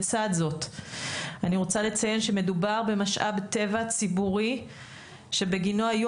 לצד זאת אני רוצה לציין שמדובר במשאב טבע ציבורי שבגינו היו